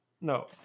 No